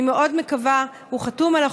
הוא חתום על החוק,